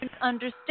understand